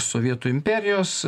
sovietų imperijos